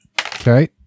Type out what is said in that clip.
Okay